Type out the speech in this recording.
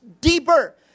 deeper